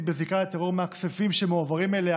בזיקה לטרור מהכספים שמועברים אליה